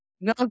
No